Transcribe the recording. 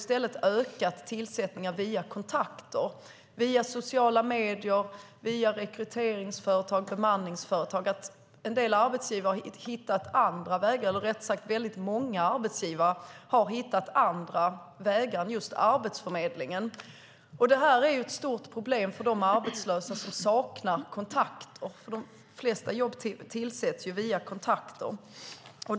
Tillsättningen via kontakter - sociala medier, rekryteringsföretag och bemanningsföretag - har i stället ökat. Väldigt många företagare har hittat andra vägar än just Arbetsförmedlingen. Det är ett stort problem för de arbetslösa som saknar kontakter. De flesta jobb tillsätts ju via kontakter.